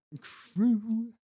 Crew